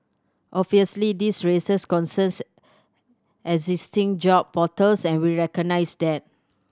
obviously this raises concerns existing job portals and we recognise that